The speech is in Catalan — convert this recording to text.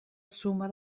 suma